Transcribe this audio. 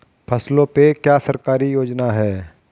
फसलों पे क्या सरकारी योजना है?